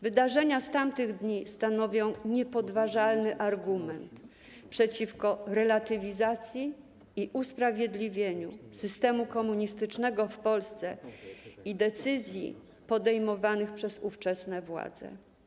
Wydarzenia z tamtych dni stanowią niepodważalny argument przeciwko relatywizacji i usprawiedliwieniu systemu komunistycznego w Polsce oraz decyzji podejmowanych przez ówczesne władze.